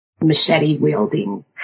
machete-wielding